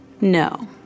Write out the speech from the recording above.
no